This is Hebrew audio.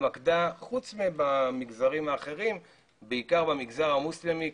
התמקדו חוץ במגזרים האחרים בעיקר במגזר המוסלמי,